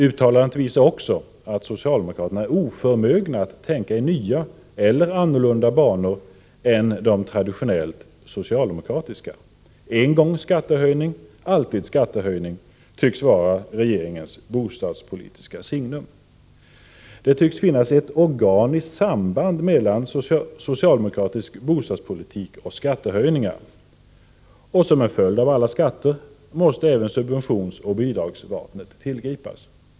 Uttalandet visar också att socialdemokraterna är oförmögna att tänka i nya eller annorlunda banor än de traditionellt socialdemokratiska. En gång skattehöjning — alltid skattehöjning, tycks vara regeringens bostadspolitiska signum. Det tycks finnas ett organiskt samband mellan socialdemokratisk bostadspolitik och skattehöjningar. Och som en följd av alla skatter måste även subventionsoch bidragsvapnet tillgripas.